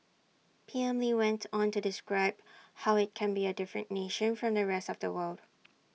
P M lee went on to describe how IT can be A different nation from the rest of the world